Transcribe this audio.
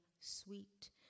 Sweet